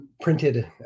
printed